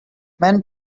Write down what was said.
man